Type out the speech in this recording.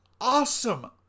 awesome